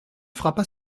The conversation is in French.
frappa